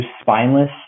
spineless